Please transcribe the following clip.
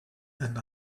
and